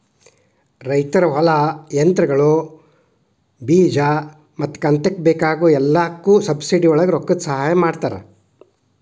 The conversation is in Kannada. ರೈತರ ಹೊಲಾ, ಯಂತ್ರಗಳು, ಬೇಜಾ ಮತ್ತ ಕಂತಕ್ಕ ಬೇಕಾಗ ಎಲ್ಲಾಕು ಸಬ್ಸಿಡಿವಳಗ ರೊಕ್ಕದ ಸಹಾಯ ಮಾಡತಾರ